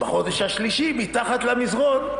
בחודש השלישי מתחת למזרון,